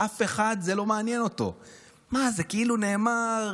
זה לא מעניין אף אחד.